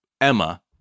Emma